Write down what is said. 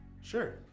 Sure